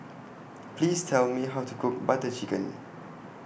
Please Tell Me How to Cook Butter Chicken